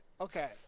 Okay